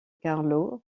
carlo